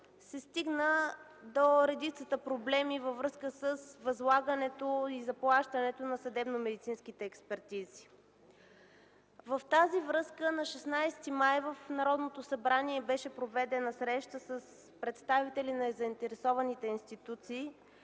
се стигна до редицата проблеми във връзка с възлагането и заплащането на съдебномедицинските експертизи. В тази връзка на 16 май в Народното събрание беше проведена среща с представители на заинтересованите институции,